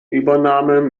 übernahme